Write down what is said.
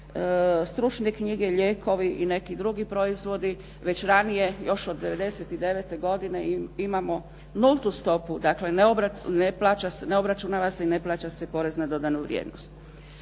stručne knjige i lijekovi i neki drugi proizvodi već ranije još od '99. godine imamo nultu stopu, dakle ne obračunava se i ne plaća se porez na dodanu vrijednost.